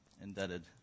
indebted